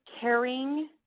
caring